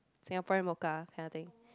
Singaporean mocha kind of thing